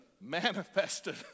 manifested